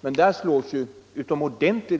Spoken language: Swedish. Där slås